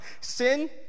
Sin